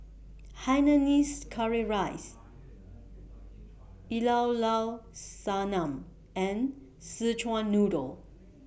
Hainanese Curry Rice Llao Llao Sanum and Szechuan Noodle